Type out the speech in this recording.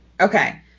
Okay